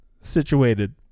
situated